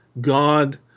god